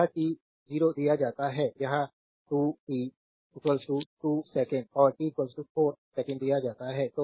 तो यह t0 दिया जाता है यह 2 t 2 सेकंड और t 4 सेकंड दिया जाता है